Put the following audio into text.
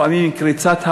לפעמים קריצת העין,